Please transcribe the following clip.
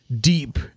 deep